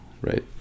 right